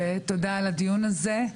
תודה על הדיון הזה.